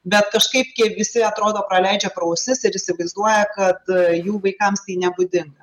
bet kažkaip kai visi atrodo praleidžia pro ausis ir įsivaizduoja kad jų vaikams tai nebūdinga